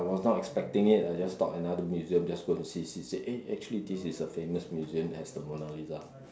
I was not expecting it I just thought another museum just go and see see eh actually this is a famous museum that has the Mona-Lisa